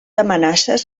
amenaces